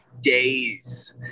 Days